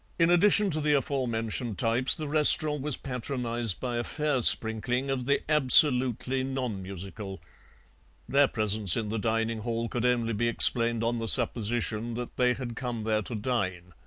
in addition to the aforementioned types the restaurant was patronized by a fair sprinkling of the absolutely nonmusical their presence in the dining-hall could only be explained on the supposition that they had come there to dine.